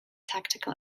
tactical